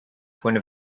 point